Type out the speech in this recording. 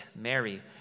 Mary